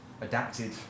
adapted